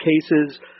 cases